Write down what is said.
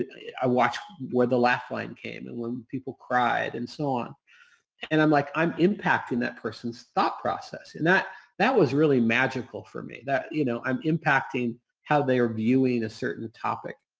i watch where the laugh line came and when people cried and so on and i'm like, i'm impacting that person's thought process. and that that was really magical for me that you know i'm impacting how they are viewing a certain topic.